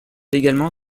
également